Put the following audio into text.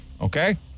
Okay